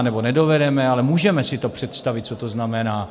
Nebo nedovedeme, ale můžeme si to představit, co to znamená.